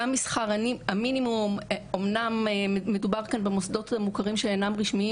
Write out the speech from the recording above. גם שכר המינימום ואמנם מדובר כאן במוסדות חינוכיים לא רשמיים